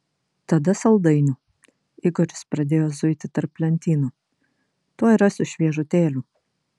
tada saldainių igoris pradėjo zuiti tarp lentynų tuoj rasiu šviežutėlių